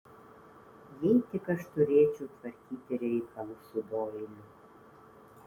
jei tik aš turėčiau tvarkyti reikalus su doiliu